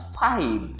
five